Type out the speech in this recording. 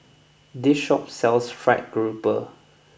this shop sells Fried Garoupa